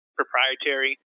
proprietary